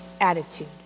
attitude